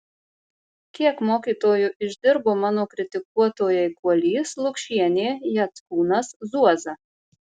kiek mokytoju išdirbo mano kritikuotojai kuolys lukšienė jackūnas zuoza